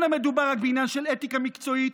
לא מדובר רק בעניין של אתיקה מקצועית,